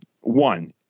One –